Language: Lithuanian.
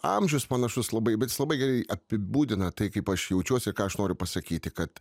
amžius panašus labai bet jis labai gerai apibūdina tai kaip aš jaučiuosi ką aš noriu pasakyti kad